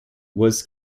was